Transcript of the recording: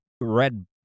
Red